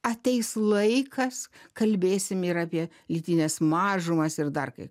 ateis laikas kalbėsim ir apie lytines mažumas ir dar kai